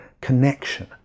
connection